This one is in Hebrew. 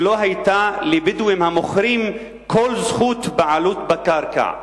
לא היתה לבדואים המוכרים כל זכות בעלות על הקרקע?"